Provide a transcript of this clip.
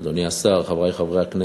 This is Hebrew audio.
אדוני השר, חברי חברי הכנסת,